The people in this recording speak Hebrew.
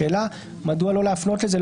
השאלה מדוע לא להפנות לזה,